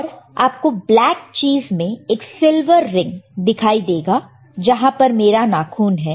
और आपको ब्लैक चीज में एक सिल्वर रिंग दिखाई देगा जहां पर मेरा नाखून है